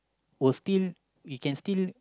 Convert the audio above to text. will still we can still